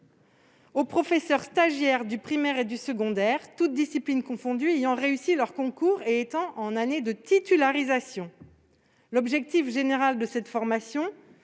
aux professeurs stagiaires du primaire et du secondaire, toutes disciplines confondues, qui ont réussi leur concours et sont en année de titularisation. L'objectif général de cette formation